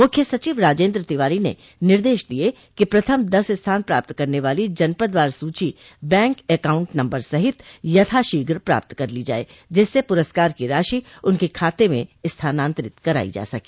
मुख्य सचिव राजेन्द्र तिवारी ने निर्देश दिये कि प्रथम दस स्थान प्राप्त करने वाली जनपदवार सूची बैंक एकाउंट नम्बर सहित यथाशीघ्र प्राप्त कर ली जाये जिससे पुरस्कार की राशि उनके खाते में हस्तांतरित करायी जा सके